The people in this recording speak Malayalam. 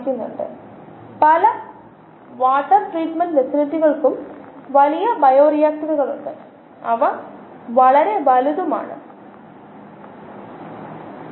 ഉദാഹരണത്തിന് സബ്സ്ട്രേറ്റ് കൺസ്മ്പ്ഷൻ റേറ്റ് rS ആണ് rS1YxSrx ഇത് യിൽഡ് കോയിഫിഷ്യന്റ നിർവചനത്തിൽ നിന്ന് നേരിട്ട് വരുന്നതാണെന്ന് നമുക്കറിയാം സബ്സ്ട്രേറ്റ് അളവ് മൂലം ഉൽപാദിപ്പിക്കപ്പെടുന്ന കോശങ്ങളുടെ അളവ് അവ അളവുകളാണ് ഇത് ഒരു യിൽഡ് കോയിഫിഷ്യന്റ്